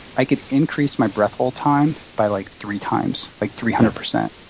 i could increase my breath-hold time by, like, three times, like, three hundred percent.